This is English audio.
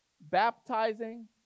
baptizing